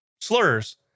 slurs